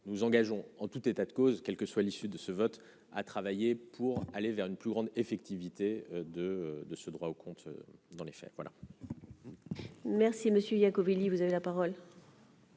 nous engageons en tout état de cause, quelle que soit l'issue de ce vote à travailler pour aller vers une plus grande effectivité de de ce droit au compte, dans les faits, voilà. Merci monsieur Yachvili, vous avez la parole.